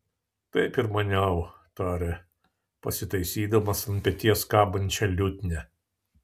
taip ir maniau tarė pasitaisydamas ant peties kabančią liutnią